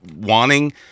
Wanting